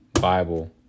Bible